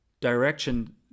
direction